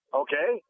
okay